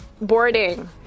boarding